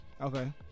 okay